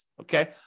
Okay